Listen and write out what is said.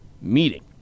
meeting